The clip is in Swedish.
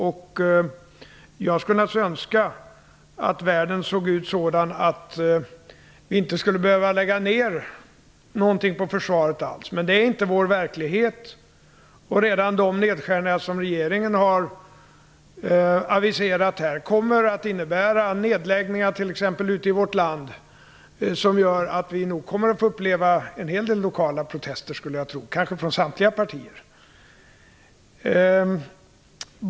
Jag skulle naturligtvis önska att världen såg ut så, att vi inte skulle behöva lägga ner någonting alls på försvaret. Men det är inte vår verklighet. Redan de nedskärningar som regeringen här har aviserat kommer att innebära t.ex. nedläggningar i vårt land, vilka gör att vi nog - skulle jag tro - kommer att få uppleva en hel del lokala protester, kanske från samtliga partier.